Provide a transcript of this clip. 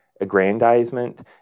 aggrandizement